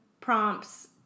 prompts